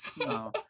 No